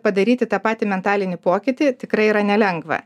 padaryti tą patį mentalinį pokytį tikrai yra nelengva